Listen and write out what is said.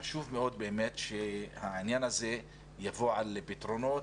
חשוב מאוד שהעניין הזה יבוא על פתרונו.